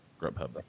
Grubhub